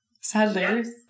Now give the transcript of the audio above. sadly